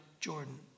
Jordan